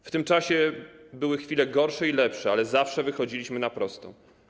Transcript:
W tym czasie były chwile gorsze i lepsze, ale zawsze wychodziliśmy na prostą.